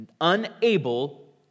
unable